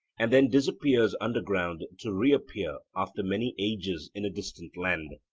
and then disappears underground to reappear after many ages in a distant land.